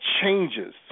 changes